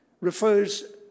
refers